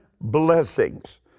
blessings